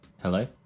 Hello